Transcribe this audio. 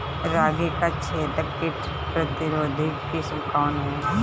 रागी क छेदक किट प्रतिरोधी किस्म कौन ह?